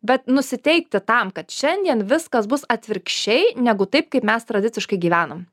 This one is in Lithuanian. bet nusiteikti tam kad šiandien viskas bus atvirkščiai negu taip kaip mes tradiciškai gyvenam